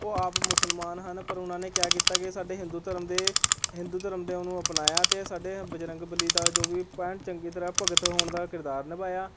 ਉਹ ਆਪ ਮੁਸਲਮਾਨ ਹਨ ਪਰ ਉਹਨਾਂ ਨੇ ਕਯਾ ਕੀਤਾ ਕਿ ਸਾਡੇ ਹਿੰਦੂ ਧਰਮ ਦੇ ਹਿੰਦੂ ਧਰਮ ਦੇ ਉਹਨੂੰ ਅਪਣਾਇਆ ਅਤੇ ਸਾਡੇ ਬਜਰੰਗ ਬਲੀ ਦਾ ਜੋ ਵੀ ਚੰਗੀ ਤਰ੍ਹਾਂ ਭਗਤ ਹੋਣ ਦਾ ਕਿਰਦਾਰ ਨਿਭਾਇਆ